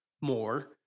more